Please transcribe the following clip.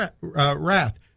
wrath